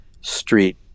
street